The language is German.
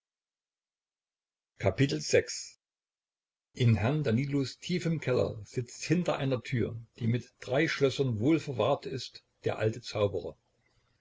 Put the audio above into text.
in herrn danilos tiefem keller sitzt hinter einer tür die mit drei schlössern wohlverwahrt ist der alte zauberer